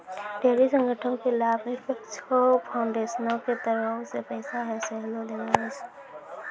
ढेरी संगठनो के लाभनिरपेक्ष फाउन्डेसन के तरफो से पैसा सेहो देलो जाय छै